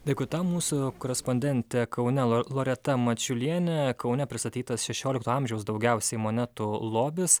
dėkui tau mūsų korespondentė kaune loreta mačiulienė kaune pristatytas šešiolikto amžiaus daugiausiai monetų lobis